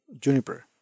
juniper